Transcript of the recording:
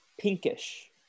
pinkish